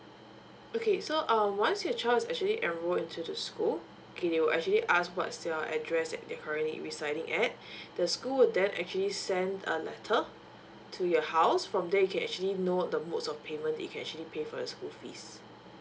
okay so um once your child is actually enrolled into the school okay they will actually ask what's your address that you're currently residing at the school will then actually send a letter to your house from there you can actually note the modes of payment that you can actually pay for your school fees